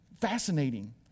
fascinating